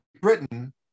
britain